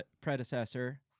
predecessor